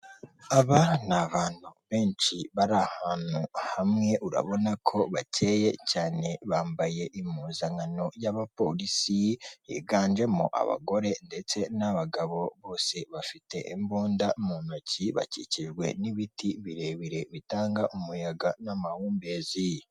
Aba ni abantu benshi bari ahantu hamwe, urabona ko bakeye cyane bambaye impuzankano y'abapolisi, yiganjemo abagore ndetse n'abagabo, bose bafite imbunda mu ntoki, bakikijwe n'ibiti birebire bitanga umuyaga n'amahumbezi.